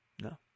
no